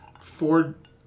Ford